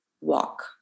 walk